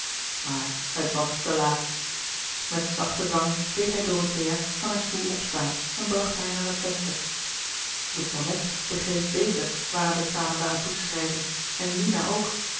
maar het was te laat met zachten dwang deed hij dorothea van haar stoel opstaan en bracht haar naar het venster de tonnette begreep beter waaraan de tranen waren toe te schrijven en lina ook